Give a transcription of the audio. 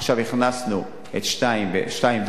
עכשיו הכנסנו את 2 ו-4,